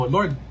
Lord